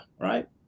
Right